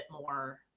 more